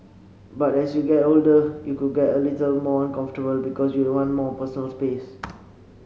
but as you get older it could get a little more uncomfortable because you'd want more personal space